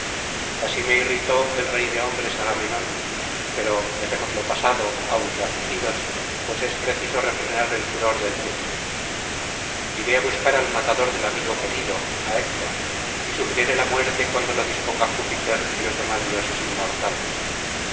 así me irritó el rey de hombres agamenón pero dejemos lo pasado aunque afligidos pues es preciso refrenar el furor del pecho iré á buscar al matador del amigo querido á héctor y sufriré la muerte cuando lo dispongan júpiter y los demás dioses inmortales